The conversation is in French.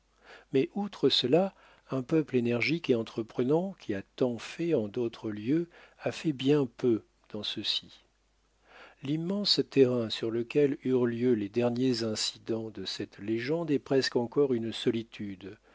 mais outre cela un peuple énergique et entreprenant qui a tant fait en d'autres lieux a fait bien peu dans ceux-ci l'immense terrain sur lequel eurent lieu les derniers incidents de cette légende est presque encore une solitude